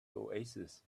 oasis